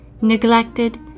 Neglected